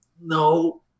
No